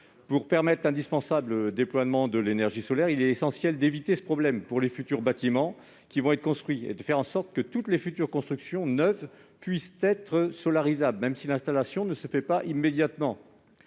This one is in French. Pour permettre l'indispensable déploiement de l'énergie solaire, il est essentiel d'éviter ce problème pour les futurs bâtiments qui vont être construits. Il faut donc faire en sorte que toutes les futures constructions neuves soient solarisables, même si l'installation ne se fait pas immédiatement.